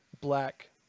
black